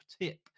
tip